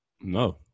No